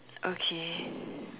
okay